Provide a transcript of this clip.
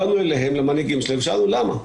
באנו למנהיגים שלהם ושאלנו למה.